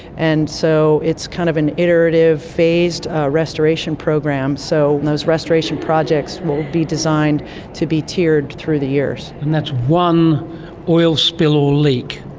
and so it's kind of an iterative, phased ah restoration program, so those restoration projects will be designed to be tiered through the years. and that's one oil spill or leak.